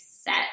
set